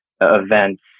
events